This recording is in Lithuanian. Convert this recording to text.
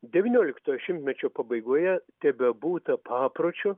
devynioliktojo šimtmečio pabaigoje tebebūta papročio